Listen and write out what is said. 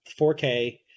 4K